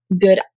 good